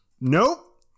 Nope